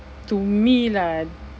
to me lah